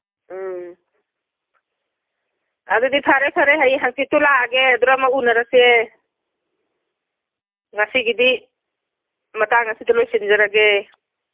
ꯎꯝ ꯑꯗꯨꯗꯤ ꯐꯔꯦ ꯐꯔꯦ ꯍꯌꯦꯡ ꯍꯪꯆꯤꯠꯇꯨ ꯂꯥꯛꯑꯒꯦ ꯑꯗꯨꯗ ꯑꯃꯛ ꯎꯅꯔꯁꯦ ꯉꯁꯤꯒꯤꯗꯤ ꯃꯇꯥꯡ ꯑꯁꯤꯗ ꯂꯣꯏꯁꯤꯟꯖꯔꯒꯦ